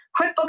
QuickBooks